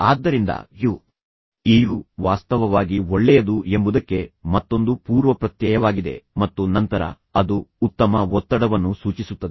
ಆದ್ದರಿಂದ ಯು "Eu" ವಾಸ್ತವವಾಗಿ ಒಳ್ಳೆಯದು ಎಂಬುದಕ್ಕೆ ಮತ್ತೊಂದು ಪೂರ್ವಪ್ರತ್ಯಯವಾಗಿದೆ ಮತ್ತು ನಂತರ ಅದು ಉತ್ತಮ ಒತ್ತಡವನ್ನು ಸೂಚಿಸುತ್ತದೆ